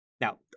Now